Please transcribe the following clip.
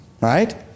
Right